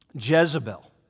Jezebel